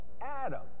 adam